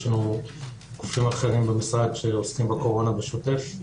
יש לנו גופים אחרים במשרד שעוסקים בקורונה בשוטף,